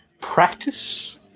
practice